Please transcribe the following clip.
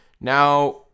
Now